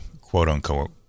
quote-unquote